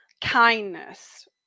kindness